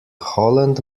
holland